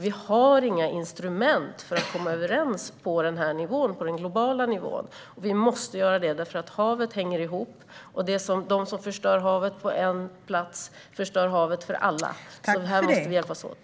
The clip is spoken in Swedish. Vi har inga instrument för att komma överens på den globala nivån, och det måste vi göra för haven hänger ihop. De som förstör havet på en plats förstör havet för alla. Här måste vi alltså hjälpas åt.